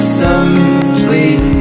simply